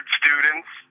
students